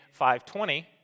520